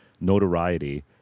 notoriety